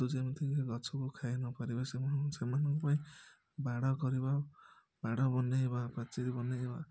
ଯେମିତିକି ଗଛକୁ ଖାଇ ନପାରିବେ ସେମାନଙ୍କ ପାଇଁ ବାଡ଼ କରିବା ବାଡ଼ ବନେଇବା ପାଚେରୀ ବନେଇବା